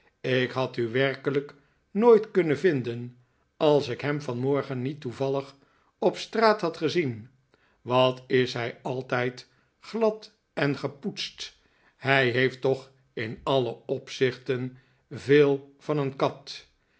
ik had u werkelijk nooit kunnen vinden als ik hem vanmorgen niet tbevallig op straat had gezien wat is hij altijd glad en gepoetst hij heeft toch in alle opzichten veel van een kat